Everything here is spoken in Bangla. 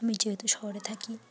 আমি যেহেতু শহরে থাকি